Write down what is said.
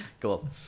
Cool